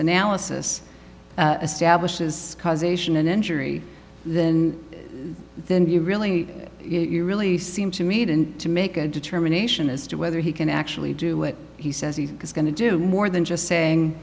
analysis establishes causation and injury then then you really you really seem to meet and to make a determination as to whether he can actually do what he says he is going to do more than just saying